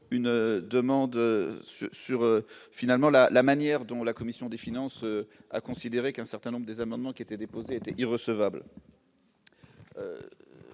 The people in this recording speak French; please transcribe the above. finalement la la manière dont la commission des finances à considérer qu'un certain nombre des amendements qui étaient déposées Teddy recevable,